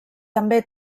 també